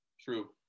True